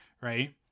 Right